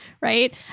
right